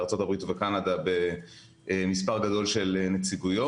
בארצות הברית ובקנדה במספר גדול של נציגויות,